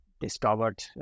discovered